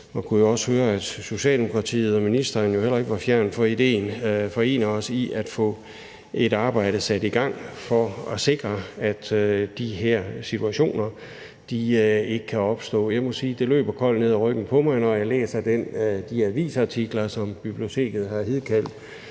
jeg kunne jo også høre, at Socialdemokratiet og ministeren heller ikke var fremmed over for idéen – i at få et arbejde sat i gang for at sikre, at de her situationer ikke kan opstå. Jeg må sige, at det løber mig koldt ned ad ryggen, når jeg læser de avisartikler, som biblioteket har vedhæftet